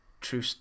true